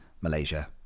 Malaysia